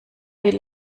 will